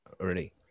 already